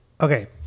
Okay